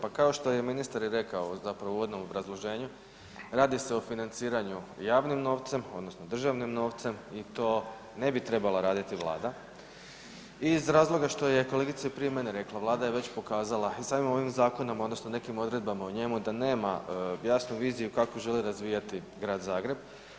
Pa kao što je i ministar rekao, zapravo u uvodnom obrazloženju, radi se o financiranju javnim novcem, odnosno državnim novcem i to ne bi trebala raditi Vlada iz razloga što je i kolegica prije mene rekla, Vlada je već pokazala i samim ovim zakonom, odnosno nekim odredbama u njemu da nema jasnu viziju kako želi razvijati Grad Zagreb.